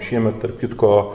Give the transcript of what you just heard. šiemet tarp kitko